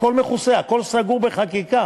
הכול מכוסה, הכול סגור בחקיקה